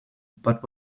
but